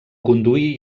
conduir